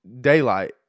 daylight